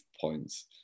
points